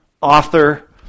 author